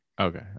Okay